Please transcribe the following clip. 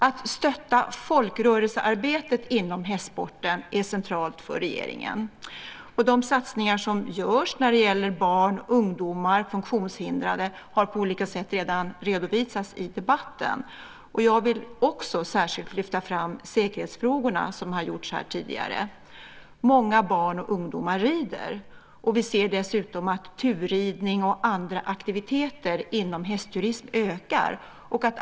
Att stötta folkrörelsearbetet inom hästsporten är centralt för regeringen. De satsningar som görs när det gäller barn, ungdomar och funktionshindrade har på olika sätt redan redovisats i debatten. Jag vill också särskilt lyfta fram säkerhetsfrågorna, som också har gjorts här tidigare. Många barn och ungdomar rider, och vi ser dessutom att turridning och andra aktiviteter inom hästturism ökar.